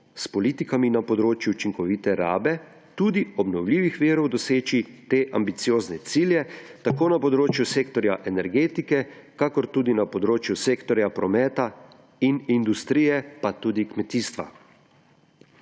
s politikami na področju učinkovite rabe tudi obnovljivih virov doseči te ambiciozne cilje tako na področju sektorja energetike kakor tudi na področju sektorja prometa in industrije pa tudi kmetijstva.«